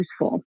useful